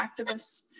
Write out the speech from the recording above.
activists